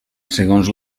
segons